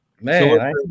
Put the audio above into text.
Man